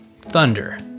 thunder